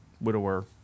widower